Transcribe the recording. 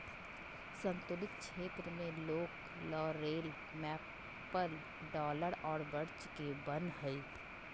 सन्तुलित क्षेत्र में oak, laurel, maple, rhododendron, alder और बर्च के वन हइ